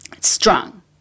strong